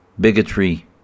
bigotry